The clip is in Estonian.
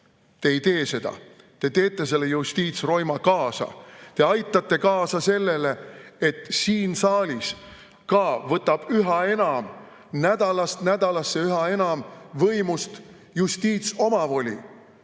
ei tee seda, te teete selle justiitsroima kaasa. Te aitate kaasa sellele, et siin saalis ka võtab üha enam, nädalast nädalasse üha enam võimust justiitsomavoli.